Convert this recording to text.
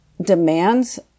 demands